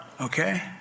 okay